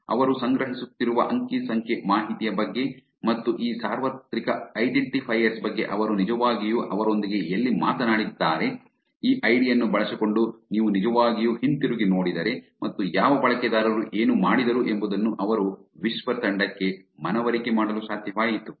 ಅವರು ಸಂಗ್ರಹಿಸುತ್ತಿರುವ ಅಂಕಿ ಸಂಖ್ಯೆ ಮಾಹಿತಿಯ ಬಗ್ಗೆ ಮತ್ತು ಈ ಸಾರ್ವತ್ರಿಕ ಐಡೆಂಟಿಫೈಯರ್ ಬಗ್ಗೆ ಅವರು ನಿಜವಾಗಿಯೂ ಅವರೊಂದಿಗೆ ಎಲ್ಲಿ ಮಾತನಾಡಿದ್ದಾರೆ ಈ ಐಡಿ ಯನ್ನು ಬಳಸಿಕೊಂಡು ನೀವು ನಿಜವಾಗಿಯೂ ಹಿಂತಿರುಗಿ ನೋಡಿದರೆ ಮತ್ತು ಯಾವ ಬಳಕೆದಾರರು ಏನು ಮಾಡಿದರು ಎಂಬುದನ್ನು ಅವರು ವಿಸ್ಪರ್ ತಂಡಕ್ಕೆ ಮನವರಿಕೆ ಮಾಡಲು ಸಾಧ್ಯವಾಯಿತು